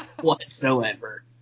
whatsoever